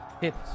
hits